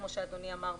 כמו שאדוני אמר,